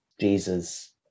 Jesus